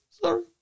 sorry